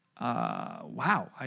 wow